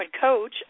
coach